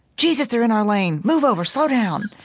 jesus, they're in our lane! move over! slow down!